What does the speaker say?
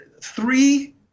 three